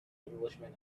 englishman